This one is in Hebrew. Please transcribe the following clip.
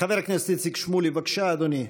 חבר הכנסת איציק שמולי, בבקשה, אדוני.